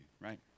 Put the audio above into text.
right